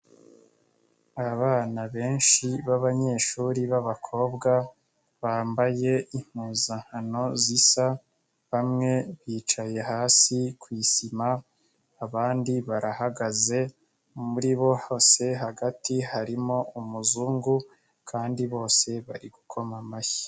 Abana benshi b'abanyeshuri b'abakobwa, bambaye impuzankano zisa, bamwe bicaye hasi ku isima, abandi barahagaze muri bo hose hagati harimo umuzungu kandi bose bari gukoma amashyi.